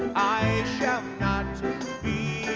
i shall not be